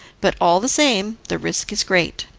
but all the same, the risk is great.